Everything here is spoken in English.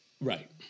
Right